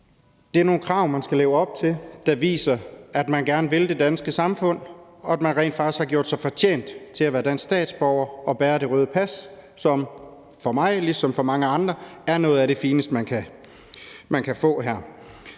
Det er nogle krav, man skal leve op til, der viser, at man gerne vil det danske samfund, og at man rent faktisk har gjort sig fortjent til at være dansk statsborger og bære det røde pas, som for mig ligesom for mange andre er noget af det fineste, man kan få.